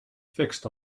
fixed